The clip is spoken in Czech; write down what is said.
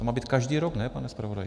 To má být každý rok, ne, pane zpravodaji?